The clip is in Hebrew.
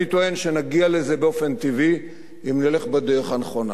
אני טוען שנגיע לזה באופן טבעי אם נלך בדרך הנכונה.